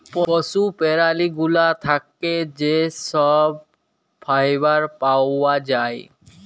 পশু প্যারালি গুলা থ্যাকে যে ছব ফাইবার পাউয়া যায়